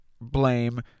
blame